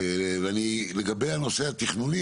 לגבי הנושא התכנוני,